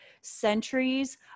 centuries